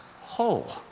whole